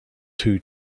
two